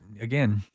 again